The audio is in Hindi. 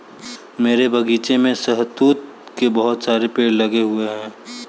मेरे बगीचे में शहतूत के बहुत सारे पेड़ लगे हुए हैं